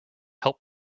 help